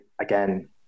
Again